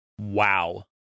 Wow